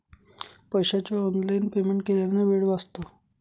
पैशाचे online payment केल्याने वेळ वाचतो